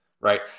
Right